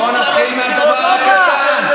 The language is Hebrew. בואו נתחיל מהדבר הקטן,